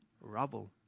rubble